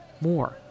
more